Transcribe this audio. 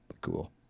cool